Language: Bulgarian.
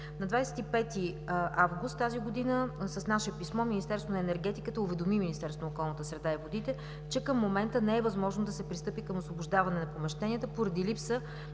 На 25 август 2017 г. с наше писмо Министерството на енергетиката уведоми Министерството на околната среда и водите, че към момента не е възможно да се пристъпи към освобождаване на помещенията поради липса